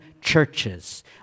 churches